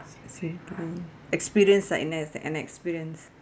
experience lah an experience